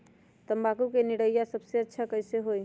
तम्बाकू के निरैया सबसे अच्छा कई से होई?